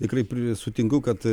tikrai sutinku kad